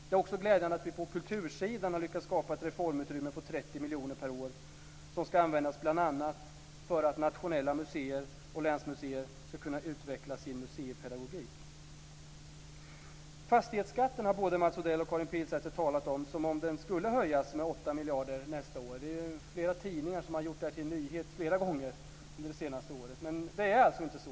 Det är också glädjande att vi på kultursidan har lyckats skapa ett reformutrymme på 30 miljoner kronor per år som ska användas bl.a. för att nationella museer och länsmuseer ska kunna utveckla sin museipedagogik. Fastighetsskatten har både Mats Odell och Karin Pilsäter talat om som om den skulle höjas med 8 miljarder nästa år. Det är flera tidningar som har gjort detta till en nyhet flera gånger under det senaste året. Men det är alltså inte så.